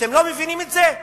אתם לא מבינים את זה?